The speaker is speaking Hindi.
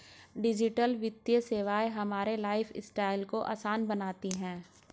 डिजिटल वित्तीय सेवाएं हमारे लाइफस्टाइल को आसान बनाती हैं